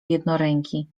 jednoręki